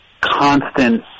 constant